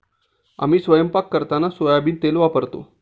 आम्ही स्वयंपाक करताना सोयाबीन तेल वापरतो